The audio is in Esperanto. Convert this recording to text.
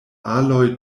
aloj